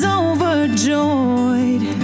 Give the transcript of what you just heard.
overjoyed